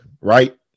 right